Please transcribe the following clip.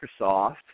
Microsoft